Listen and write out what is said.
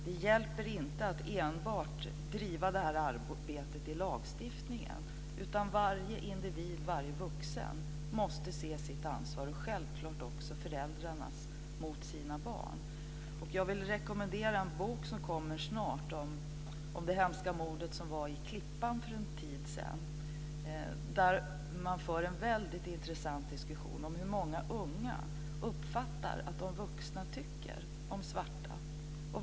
Det hjälper inte att driva det här arbetet enbart i lagstiftningen, utan varje individ, varje vuxen, måste se sitt ansvar, och självfallet också föräldrarnas ansvar för sina barn. Jag vill rekommendera en bok som kommer snart om det hemska mordet i Klippan för en tid sedan. Där för man en väldigt intressant diskussion om vad många unga uppfattar att de vuxna tycker om svarta.